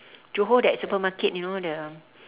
johor that supermarket you know the